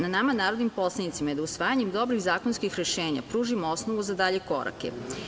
Na nama narodnim poslanicima je da usvajanjem dobrih zakonskih rešenja pružimo osnovu za dalje korake.